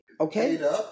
Okay